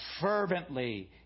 fervently